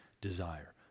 desire